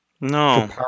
No